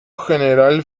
general